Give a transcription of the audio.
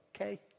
okay